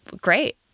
great